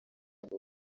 ngo